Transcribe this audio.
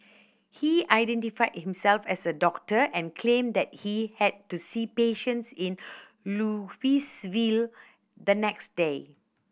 he identified himself as a doctor and claimed that he had to see patients in Louisville the next day